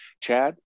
Chad